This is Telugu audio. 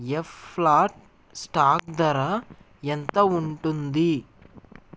ఎఫ్ ఫ్లాట్ స్టాక్ ధర ఎంత ఉంటుంది